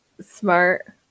smart